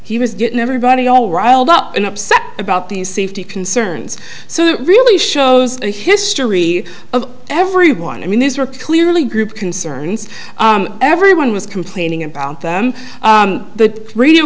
he was getting everybody all riled up and upset about these safety concerns so it really shows the history of everyone i mean these were clearly group concerns everyone was complaining about them the